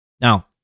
Now